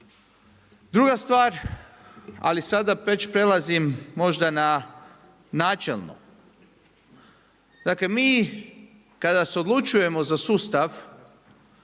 Druga stvar, ali sada već prelazim možda na načelno. Dakle, mi kada se odlučujemo za sustav